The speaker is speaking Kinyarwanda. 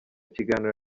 kiganiro